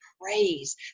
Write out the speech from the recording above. praise